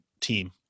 team